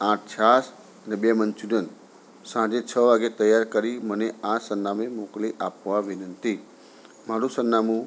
આઠ છાસ અને બે મંચુરિયન સાંજે છ વાગ્યે તૈયાર કરી મને આ સરનામે મોકલી આપવા વિનંતી મારું સરનામું